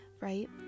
right